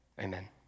amen